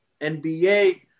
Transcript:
NBA